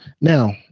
Now